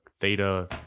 theta